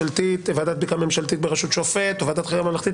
ועדת בדיקה ממשלתית בראשות שופט או ועדת חקירה ממלכתית,